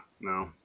No